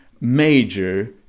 major